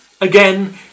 again